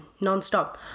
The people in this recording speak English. nonstop